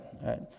right